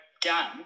done